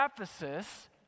Ephesus